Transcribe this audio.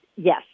Yes